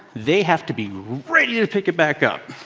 they have to be ready to pick it back up.